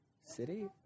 city